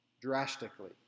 drastically